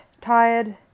tired